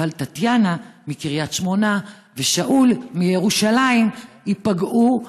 אבל טטיאנה מקריית שמונה ושאול מירושלים ייפגעו,